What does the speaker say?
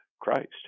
Christ